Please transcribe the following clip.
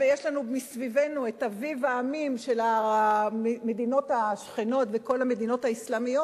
מסביבנו יש אביב העמים של המדינות השכנות וכל המדינות האסלאמיות,